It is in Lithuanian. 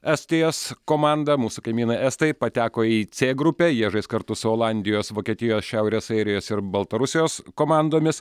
estijos komanda mūsų kaimynai estai pateko į c grupę jie žais kartu su olandijos vokietijos šiaurės airijos ir baltarusijos komandomis